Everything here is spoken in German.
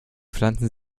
pflanzen